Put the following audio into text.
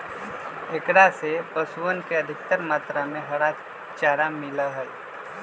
एकरा से पशुअन के अधिकतर मात्रा में हरा चारा मिला हई